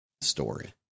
story